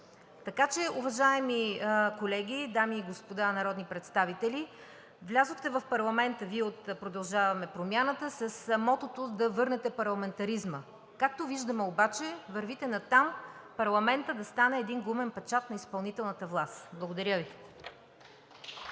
Така че, уважаеми колеги, дами и господа народни представители от „Продължаваме Промяната“, Вие влязохте в парламента с мотото да върнете парламентаризма. Както виждаме обаче, вървите натам парламентът да стане един гумен печат на изпълнителната власт. Благодаря Ви.